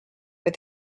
but